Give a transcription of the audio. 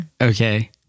Okay